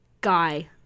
guy